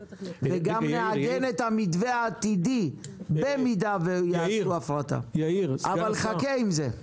גם נעגן את המתווה העתידי במידה ויעשו הפרטה אבל חכה עם זה.